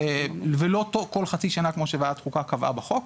ולא כל חצי שנה כמו שוועדת חוקה קבעה בחוק.